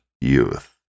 youth